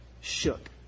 shook